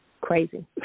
crazy